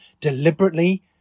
deliberately